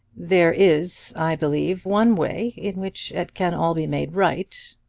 there is, i believe, one way in which it can all be made right,